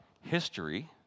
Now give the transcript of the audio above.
history